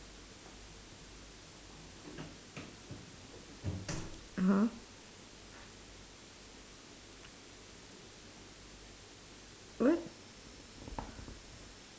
(uh huh) what